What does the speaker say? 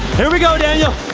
here we go daniel.